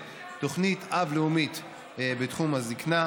טלי פלוסקוב בנושא: תוכנית אב לאומית בתחום הזיקנה,